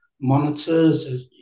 monitors